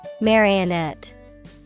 marionette